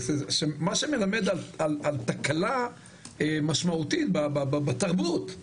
מה שמלמד על תקלה משמעותית בתרבות.